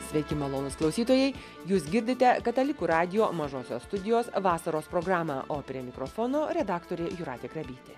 sveiki malonūs klausytojai jūs girdite katalikų radijo mažosios studijos vasaros programą o prie mikrofono redaktorė jūratė grabytė